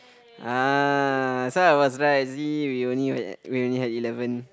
ah so I was right see we only had we only had eleven